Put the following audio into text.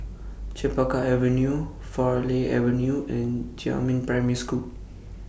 Chempaka Avenue Farleigh Avenue and Jiemin Primary School